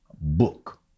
book